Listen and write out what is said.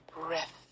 breath